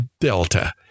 Delta